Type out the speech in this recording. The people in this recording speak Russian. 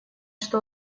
что